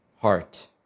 heart